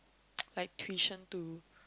like tuition to